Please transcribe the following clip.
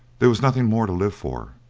there was nothing more to live for,